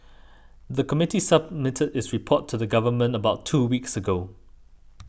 the committee submitted its report to the Government about two weeks ago